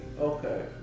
Okay